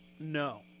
No